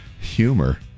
humor